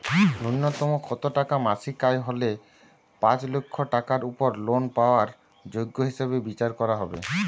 ন্যুনতম কত টাকা মাসিক আয় হলে পাঁচ লক্ষ টাকার উপর লোন পাওয়ার যোগ্য হিসেবে বিচার করা হবে?